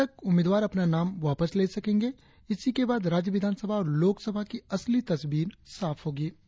कल तक उम्मीदवार अपना नाम वापस ले सकेंगे और इसी के बाद राज्य विधान सभा और लोकसभा की असली तस्वीर साफ होगी